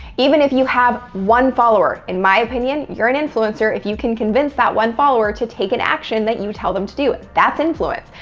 even if you have one follower, in my opinion, you're an influencer if you can convince that one follower to take an action that you tell them to do. that's influence.